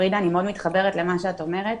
ופרידה אני מאוד מתחברת למה שאת אומרת,